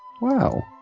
Wow